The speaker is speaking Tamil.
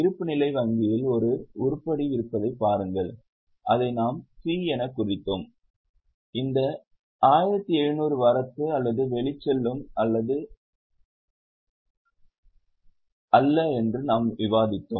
இருப்புநிலை வங்கியில் ஒரு உருப்படி இருப்பதைப் பாருங்கள் அதை நாம் சி எனக் குறித்தோம் இந்த 1700 வரத்து அல்லது வெளிச்செல்லலும் அல்ல என்று நாம் விவாதித்தோம்